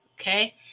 okay